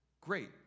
great